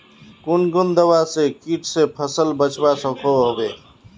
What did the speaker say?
कुन कुन दवा से किट से फसल बचवा सकोहो होबे?